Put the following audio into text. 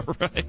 right